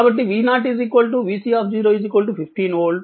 కాబట్టి V0 vC 15 volt